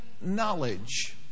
knowledge